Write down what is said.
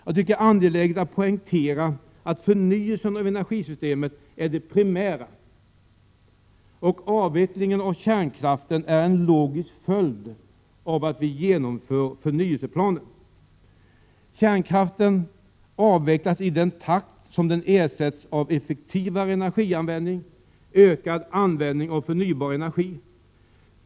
Jag tycker att det är angeläget att poängtera att förnyelsen av energisystemet är det primära och att avvecklingen av kärnkraften är en logisk följd av att vi genomför förnyelseplanen. Kärnkraften avvecklas i den takt som den ersätts av effektivare energianvändning och ökad användning av förnybar energi.